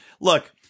look